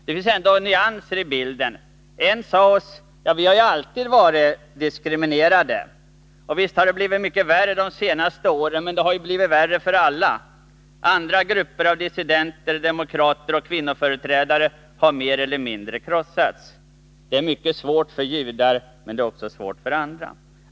Det finns ändå nyanser i bilden. En sade till oss: Vi har alltid varit diskriminerade, och visst har det blivit mycket värre de senaste åren, men det har ju blivit värre för alla. Andra grupper av dissenter, demokrater och kvinnoföreträdare har mer eller mindre krossats. Det är mycket svårt för judar, men det är också svårt för andra.